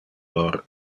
lor